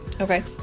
Okay